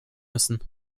müssen